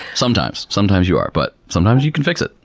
sometimes. sometimes you are, but sometimes you can fix it.